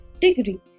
degree